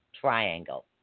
Triangle